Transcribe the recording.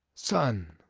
son,